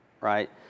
right